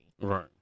Right